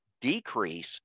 decrease